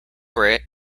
were